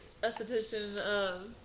esthetician